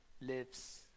lives